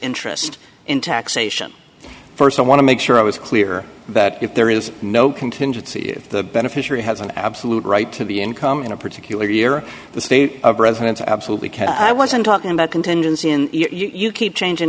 interest in taxation first i want to make sure i was clear that if there is no contingency if the beneficiary has an absolute right to be income in a particular year the state of residence absolutely can i wasn't talking about contingency in you keep changing